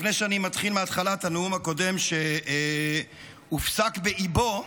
לפני שאני מתחיל מהתחלת הנאום הקודם שהופסק באיבו,